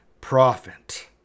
prophet